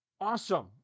Awesome